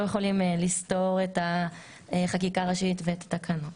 לא יכולים לסתור את החקיקה הראשית ואת התקנות.